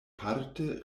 parte